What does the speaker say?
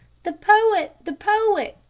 the poet! the poet!